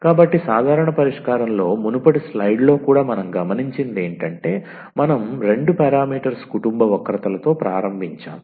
కాబట్టి సాధారణ పరిష్కారంలో మునుపటి స్లైడ్లో కూడా మనం గమనించినది ఏంటంటే మనం రెండు పారామీటర్స్ కుటుంబ వక్రతలతో ప్రారంభించాము